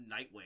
Nightwing